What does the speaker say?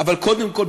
אבל קודם כול,